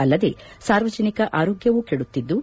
ಅಲ್ಲದೆ ಸಾರ್ವಜನಿಕರ ಆರೋಗ್ಗವೂ ಕೆಡುತ್ತಿದ್ದು